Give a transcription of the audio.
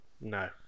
No